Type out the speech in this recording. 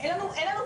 אין לנו בעיה.